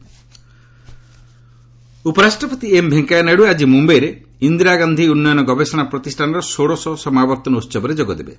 VP Mumbai ଉପରାଷ୍ଟ୍ରପତି M Venkaiah Naidu ଆଜି ମୁମ୍ବାଇରେ ଇନ୍ଦିରା ଗାନ୍ଧୀ ଉନ୍ନୟନ ଗବେଷଣା ପ୍ରତିଷ୍ଠାନର ଷୋଡ଼ଶ ସମାବର୍ତ୍ତନ ଉହବରେ ଯୋଗଦେବେ